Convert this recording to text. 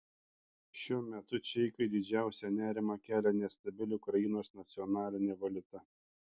šiuo metu čeikai didžiausią nerimą kelia nestabili ukrainos nacionalinė valiuta